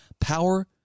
power